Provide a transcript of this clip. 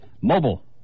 Mobile